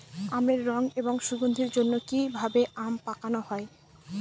আমের রং এবং সুগন্ধির জন্য কি ভাবে আম পাকানো হয়?